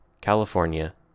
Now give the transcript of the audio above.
California